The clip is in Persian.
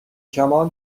کمان